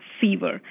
fever